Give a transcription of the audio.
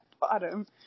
bottom